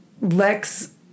Lex